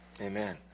amen